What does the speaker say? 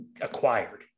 acquired